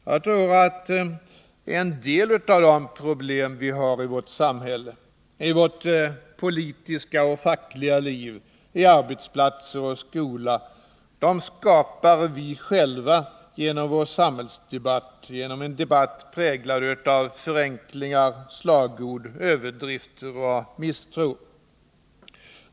Jag tror att en del av de problem vi har i vårt politiska och fackliga liv, på arbetsplatser och i skolan skapar vi själva genom vår samhällsdebatt, genom en debatt präglad av förenklade slagord, överdrifter och misstro.